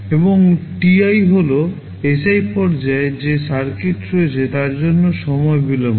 এবং ti হল Si পর্যায়ে যে সার্কিট রয়েছে তার জন্য সময় বিলম্ব